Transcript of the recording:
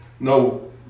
no